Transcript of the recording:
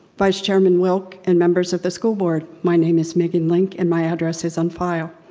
vice chairman wilk and members of the school board. my name is megan link and my address is on file.